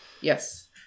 Yes